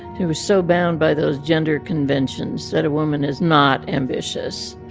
she was so bound by those gender conventions that a woman is not ambitious.